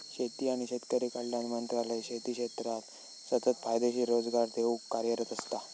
शेती आणि शेतकरी कल्याण मंत्रालय शेती क्षेत्राक सतत फायदेशीर रोजगार देऊक कार्यरत असता